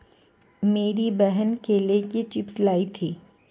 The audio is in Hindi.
मेरी बहन केले के चिप्स लाई थी